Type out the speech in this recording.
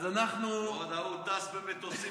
אז אנחנו, ועוד ההוא טס במטוסים.